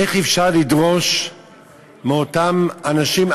איך אפשר לדרוש מאותם אנשים,